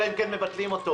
אלא אם כן מבטלים אותו.